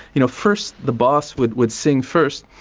you know first the boss would would sing first,